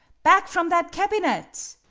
back from that cabinet!